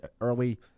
early